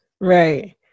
right